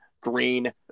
Green